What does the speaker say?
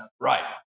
right